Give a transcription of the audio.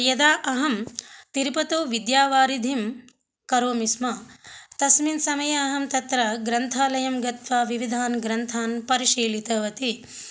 यदा अहं तिरुपतौ विद्यावारिधिं करोमि स्म तस्मिन् समये अहं तत्र ग्रन्थालयं गत्वा विविधान् ग्रन्थान् परिशीलितवती